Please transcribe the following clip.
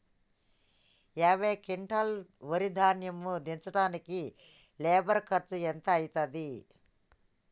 యాభై క్వింటాల్ వరి ధాన్యము దించడానికి లేబర్ ఖర్చు ఎంత అయితది?